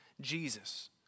Jesus